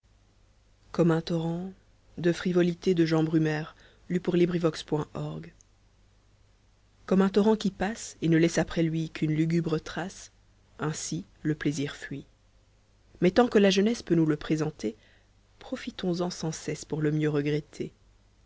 comme un torrent qui passe et ne laisse après lui qu'une lugubre trace ainsi le plaisir fuit mais tant que la jeunesse peut nous le présenter profitons-en sans cesse pour le mieux regretter